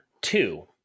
two